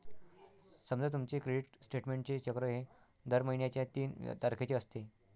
समजा तुमचे क्रेडिट स्टेटमेंटचे चक्र हे दर महिन्याच्या तीन तारखेचे असते